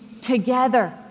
together